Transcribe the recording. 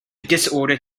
disorder